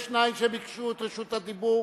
יש שניים שביקשו את רשות הדיבור,